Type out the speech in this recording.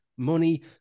money